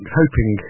hoping